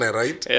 right